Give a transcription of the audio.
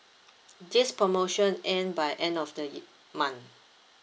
this promotion end by end of the month